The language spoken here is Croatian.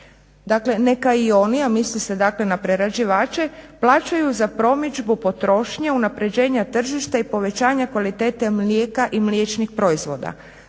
Dakle neka i oni, a misli se dakle na prerađivače plaćaju za promidžbu potrošnje unapređenja tržišta i povećanja kvalitete mlijeka i mliječnih proizvoda.